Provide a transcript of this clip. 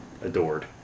adored